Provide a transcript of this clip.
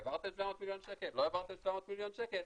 העברתם 700 מיליון שקל, לא העברתם 700 מיליון שקל?